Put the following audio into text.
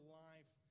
life